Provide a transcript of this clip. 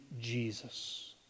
Jesus